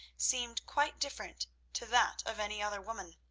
seemed quite different to that of any other woman.